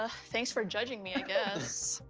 ah thanks for judging me, i guess.